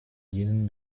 diesen